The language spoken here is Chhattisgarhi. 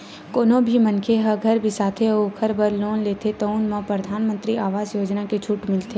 कोनो भी मनखे ह घर बिसाथे अउ ओखर बर लोन लेथे तउन म परधानमंतरी आवास योजना के छूट मिलथे